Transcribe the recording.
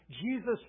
Jesus